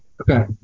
Okay